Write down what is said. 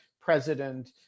president